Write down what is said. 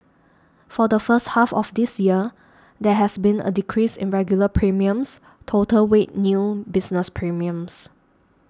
for the first half of this year there has been a decrease in regular premiums total weighed new business premiums